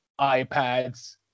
iPads